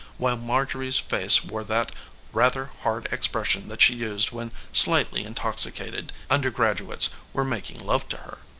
while marjorie's face wore that rather hard expression that she used when slightly intoxicated undergraduate's were making love to her.